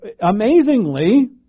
amazingly